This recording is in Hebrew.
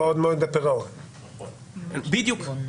בדיוק.